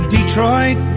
Detroit